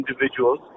individuals